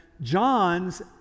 John's